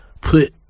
put